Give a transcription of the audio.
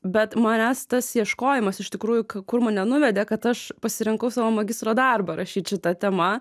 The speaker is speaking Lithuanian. bet manęs tas ieškojimas iš tikrųjų kur mane nuvedė kad aš pasirinkau savo magistro darbą rašyt šita tema